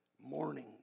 morning